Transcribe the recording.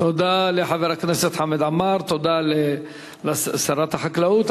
תודה לחבר הכנסת חמד עמאר, תודה לשרת החקלאות.